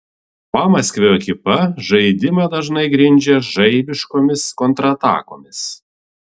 pamaskvio ekipa žaidimą dažnai grindžia žaibiškomis kontratakomis